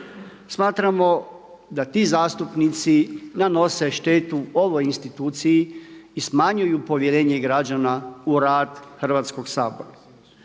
Smatramo da ti zastupnici nanose štetu ovoj instituciji i smanjuju povjerenje građana u rad Hrvatskog sabora.